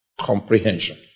comprehension